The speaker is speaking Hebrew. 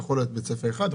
יכול להיות בית ספר אחד,